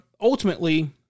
ultimately